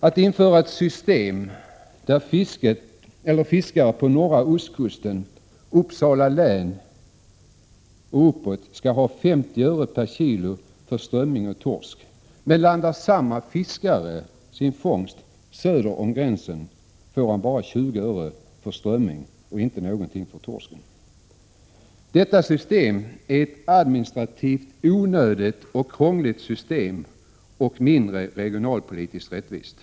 Att införa ett sådant system skulle innebära att fiskare på norra ostkusten, i Uppsala län och uppåt skulle ha 50 öre per kilo för strömming och torsk. Men landar samma fiskare sin fångst söder om gränsen skulle han bara få 20 öre för strömming och inte något för torsken. Detta system är ett administrativt Prot. 1986/87:133 onödigt och krångligt system och mindre regionalpolitiskt rättvist.